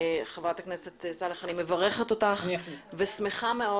חברת הכנסת סאלח אני מברכת אותם ושמחה מאוד